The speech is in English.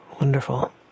Wonderful